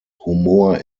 humor